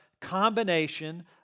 combination